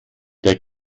der